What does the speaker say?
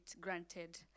granted